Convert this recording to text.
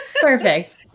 Perfect